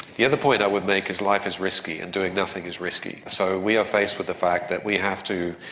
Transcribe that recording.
the other point i would make is life is risky and doing nothing is risky. so we are faced with the fact that we have to,